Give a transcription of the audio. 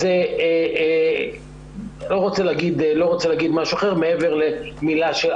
אני לא רוצה להגיד משהו אחר מעבר להמלצה.